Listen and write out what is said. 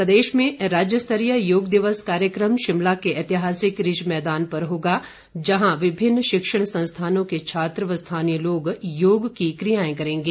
इधर प्रदेश में राज्य स्तरीय योग दिवस कार्यक्रम शिमला के ऐतिहासिक रिज मैदान पर होगा जहां मुख्यमंत्री जयराम ठाक्र सहित विभिन्न शिक्षण संस्थानों के छात्र व स्थानीय लोग योग की क्रियाएं करेंगे